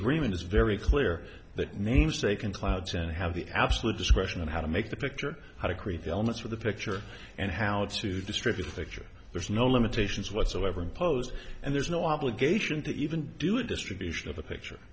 agreement is very clear that namesake and clouds and have the absolute discretion on how to make the picture how to create the elements for the picture and how to distribute picture there's no limitations whatsoever imposed and there's no obligation to even do a distribution of the picture